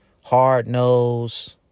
hard-nosed